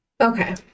Okay